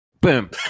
Boom